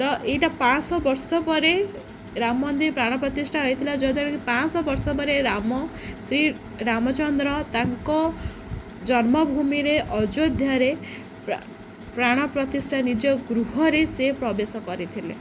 ତ ଏଇଟା ପାଞ୍ଚଶହ ବର୍ଷ ପରେ ରାମ ମନ୍ଦିର ପ୍ରାଣ ପ୍ରତିଷ୍ଠା ହୋଇଥିଲା ଯଦ୍ୱାରା କିି ପାଞ୍ଚଶହ ବର୍ଷ ପରେ ରାମ ଶ୍ରୀ ରାମଚନ୍ଦ୍ର ତାଙ୍କ ଜନ୍ମଭୂମିରେ ଅଯୋଧ୍ୟାରେ ପ୍ରା ପ୍ରାଣ ପ୍ରତିଷ୍ଠା ନିଜ ଗୃହରେ ସେ ପ୍ରବେଶ କରିଥିଲେ